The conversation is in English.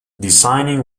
designing